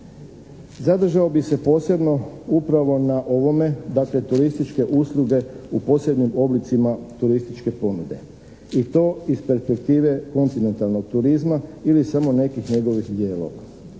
Zadržao bih se posebno upravo na ovome dakle turističke usluge u posebnim oblicima turističke ponude i to iz perspektive kontinentalnog turizma ili samo nekih njegovih dijelova.